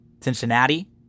Cincinnati